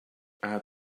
add